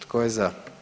Tko je za?